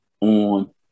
on